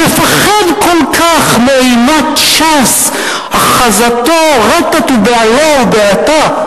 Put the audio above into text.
מפחד כל כך מאימת ש"ס, אחזוהו רטט ובהלה ובעתה.